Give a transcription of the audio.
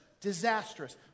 disastrous